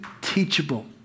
teachable